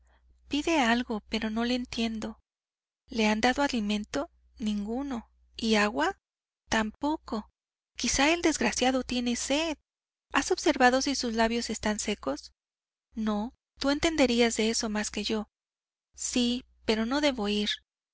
pide algo pero no le entiendo le han dado alimento ninguno y agua tampoco quizá el desgraciado tiene sed has observado si sus labios están secos no tú entenderías de eso más que yo sí pero no debo ir